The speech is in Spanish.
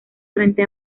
frente